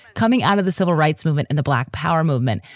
coming out of the civil rights movement and the black power movement,